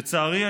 לצערי,